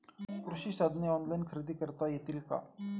कृषी साधने ऑनलाइन खरेदी करता येतील का?